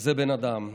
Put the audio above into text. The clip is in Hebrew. כזה בן אדם?